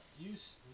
use